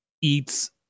eats